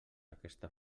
aquesta